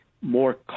more